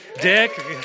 Dick